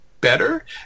better